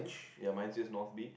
your mind just north beach